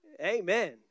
Amen